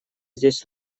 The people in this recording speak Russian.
здесь